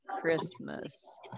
christmas